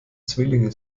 zwillinge